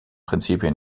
prinzipien